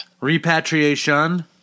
Repatriation